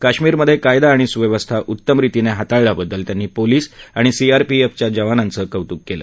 काश्मिरमधे कायदा आणि सुव्यवस्था उत्तम रीतीने हाताळल्याबद्दल त्यांनी पोलीस आणि सीएपीएफच्या जवानांचं कौतुक केलं